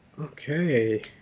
Okay